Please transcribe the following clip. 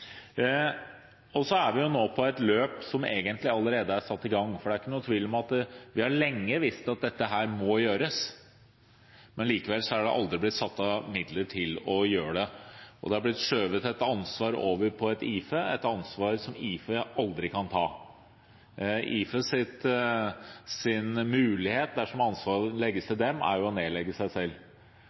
Vi er nå på et løp som egentlig allerede er satt i gang, for det er ikke noen tvil om at vi lenge har visst at dette må gjøres. Likevel er det aldri blitt satt av midler til det, og det har blitt skjøvet et ansvar over på IFE – et ansvar som IFE aldri kan ta. IFEs mulighet, dersom ansvaret legges til dem, er å nedlegge seg selv.